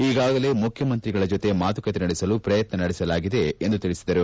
ಈಗಾಗಲೇ ಮುಖ್ಯಮಂತ್ರಿಗಳ ಜೊತೆ ಮಾತುಕತೆ ನಡೆಸಲು ಪ್ರಯತ್ನ ನಡೆಸಲಾಗಿದೆ ಎಂದು ತಿಳಿಸಿದರು